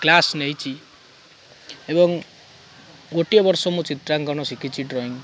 class ନେଇଛି ଏବଂ ଗୋଟିଏ ବର୍ଷ ମୁଁ ଚିତ୍ରାଙ୍କନ ଶିଖିଛି ଡ୍ରଇଂ